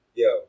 yo